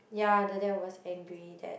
ya the dad was angry that